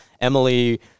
Emily